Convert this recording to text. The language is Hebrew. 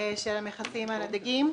של המכסים על הדגים,